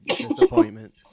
disappointment